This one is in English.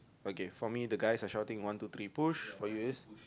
okay for me the guys are shouting one two three push for you is